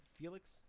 Felix